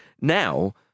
now